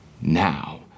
now